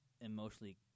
emotionally